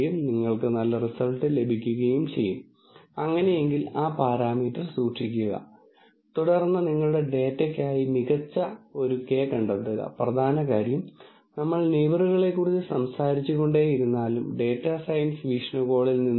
അല്ലെങ്കിൽ ഈ പ്രോബ്ളങ്ങളെ നമ്മൾ ലീനിയർ ക്ലാസിഫയബിൾ അല്ലെങ്കിൽ ലീനിയർലി ക്ലാസിഫയബിൾ എന്ന് വിളിക്കുന്നു ഇവിടെ നമ്മൾ 2 ഡയമെൻഷനുകളിൽ കാണിക്കുന്നു അതിനാൽ ബൈനറി ക്ലാസിഫിക്കേഷൻ പ്രോബ്ളമാണ്